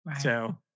So-